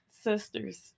sisters